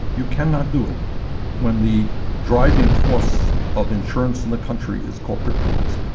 you cannot do it when the driving force of insurance in the country is corporate profits.